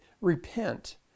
repent